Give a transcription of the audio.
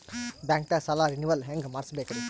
ಬ್ಯಾಂಕ್ದಾಗ ಸಾಲ ರೇನೆವಲ್ ಹೆಂಗ್ ಮಾಡ್ಸಬೇಕರಿ?